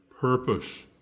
purpose